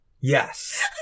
Yes